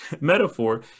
metaphor